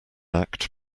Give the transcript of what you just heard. act